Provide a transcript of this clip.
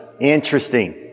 Interesting